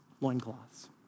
loincloths